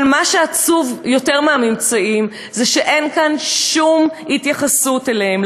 אבל מה שעצוב יותר מהממצאים זה שאין כאן שום התייחסות אליהם,